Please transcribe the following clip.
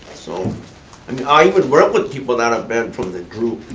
so i mean i even work with people that have been from the group,